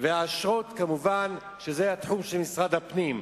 והאשרות הן כמובן התחום של משרד הפנים.